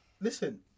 Listen